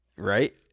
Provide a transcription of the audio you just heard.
right